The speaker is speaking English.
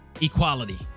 equality